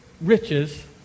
riches